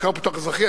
מחקר ופיתוח אזרחי,